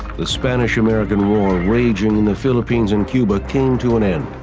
the spanish-american war raging in the philippines and cuba came to an end.